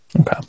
Okay